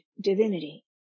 divinity